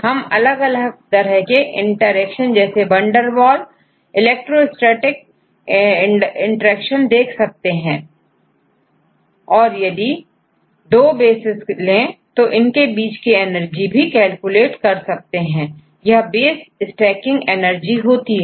हम अलग अलग तरह के इंटरेक्शन जैसे वंडरवॉल' इलेक्ट्रोस्टेटिक इंटरेक्शन देख सकते हैं और यदि दो bases ले तो उनके बीच की एनर्जी भी कैलकुलेट कर सकते हैं यहbase stacking energy होती है